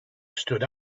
stood